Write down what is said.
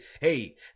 hey